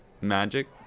magic